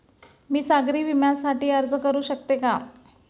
मी सागरी विम्यासाठी अर्ज करू शकते का?